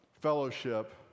fellowship